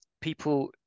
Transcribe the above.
people